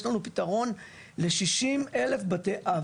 יש לנו פתרון ל-60,000 בתי אב.